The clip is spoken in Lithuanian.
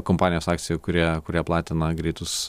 kompanijos akcijų kurie kurie platina greitus